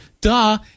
duh